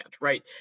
right